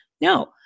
No